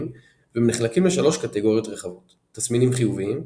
והם נחלקים לשלוש קטגוריות רחבות תסמינים חיוביים,